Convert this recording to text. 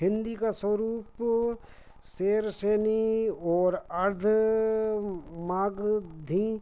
हिन्दी का स्वरूप शेर शेरनी और अर्ध मगधी